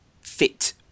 fit